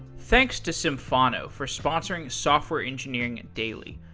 thanks to symphono for sponsoring software engineering daily.